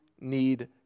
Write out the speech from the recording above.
need